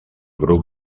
grup